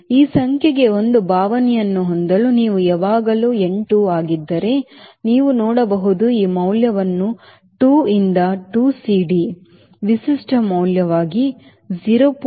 ಈ ಸಂಖ್ಯೆಗೆ ಒಂದು ಭಾವನೆಯನ್ನು ಹೊಂದಲು ನೀವು ಯಾವಾಗಲೂ n 2 ಆಗಿದ್ದರೆ ನೀವು ನೋಡಬಹುದು ಈ ಮೌಲ್ಯವು 2 ರಿಂದ 2 CD ವಿಶಿಷ್ಟ ಮೌಲ್ಯವಾಗಿದೆ 0